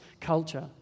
culture